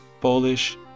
Polish